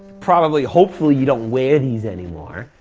probably, hopefully you don't wear these anymore,